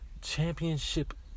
championship